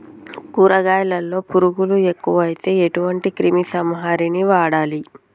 కూరగాయలలో పురుగులు ఎక్కువైతే ఎటువంటి క్రిమి సంహారిణి వాడాలి?